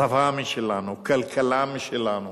צבא משלנו, כלכלה משלנו,